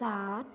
सात